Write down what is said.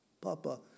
Papa